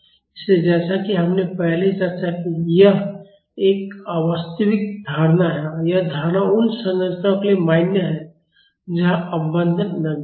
इसलिए जैसा कि हमने पहले चर्चा की है यह एक अवास्तविक धारणा है और यह धारणा उन संरचनाओं के लिए मान्य है जहां अवमंदन नगण्य है